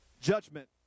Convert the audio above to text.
Judgment